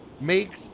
makes